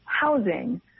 housing